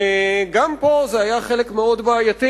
גם זה היה חלק מאוד בעייתי.